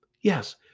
Yes